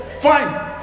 fine